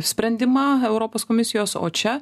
sprendimą europos komisijos o čia